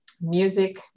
music